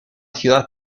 ciudad